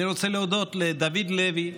אני רוצה להודות לדוד לוי,